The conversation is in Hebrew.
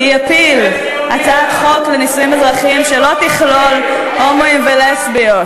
כי יפיל הצעת חוק לנישואים אזרחיים שלא תכלול הומואים ולסביות,